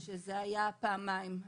זה היה פעמיים.